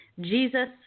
Jesus